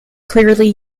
clearly